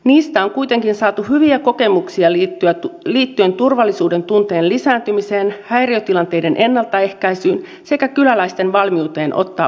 niistä on kuitenkin saatu hyviä kokemuksia liittyen turvallisuudentunteen lisääntymiseen häiriötilanteiden ennaltaehkäisyyn sekä kyläläisten valmiuteen ottaa vastuuta